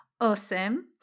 awesome